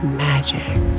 magic